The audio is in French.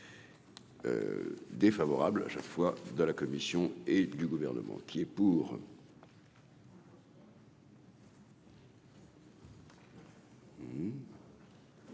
Défavorable à chaque fois de la Commission et du gouvernement qui est pour.